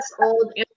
old